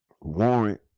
warrant